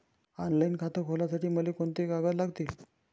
Online खातं खोलासाठी मले कोंते कागद लागतील?